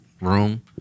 room